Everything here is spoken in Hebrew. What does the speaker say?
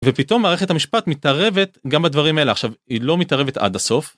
ופתאום מערכת המשפט מתערבת גם בדברים האלה עכשיו היא לא מתערבת עד הסוף.